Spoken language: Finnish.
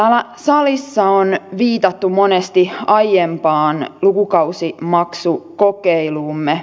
täällä salissa on viitattu monesti aiempaan lukukausimaksukokeiluumme